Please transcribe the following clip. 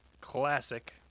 classic